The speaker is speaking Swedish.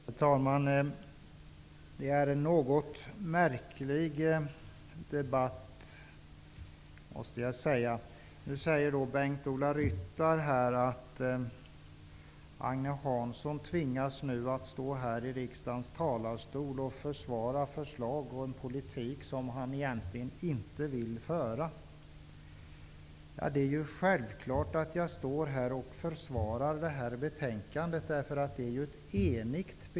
Herr talman! Det här är en något märklig debatt. Nu säger Bengt-Ola Ryttar att Agne Hansson tvingas stå här i riksdagens talarstol och försvara förslag och en politik som han egentligen inte vill föra. Det är självklart att jag står här och försvarar betänkandet, eftersom betänkandet är enhälligt.